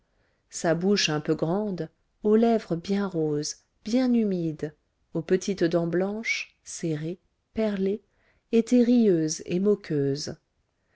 sa bouche un peu grande aux lèvres bien roses bien humides aux petites dents blanches serrées perlées était rieuse et moqueuse